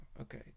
Okay